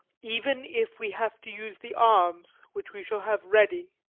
even if we have to use the arms which we shall have ready.